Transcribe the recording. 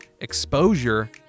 exposure